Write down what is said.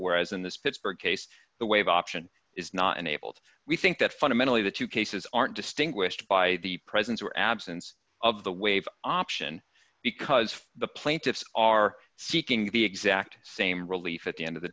whereas in this pittsburgh case the wave option is not enabled we think that fundamentally the two cases aren't distinguished by the presence or absence of the wave option because the plaintiffs are seeking the exact same relief at the end of the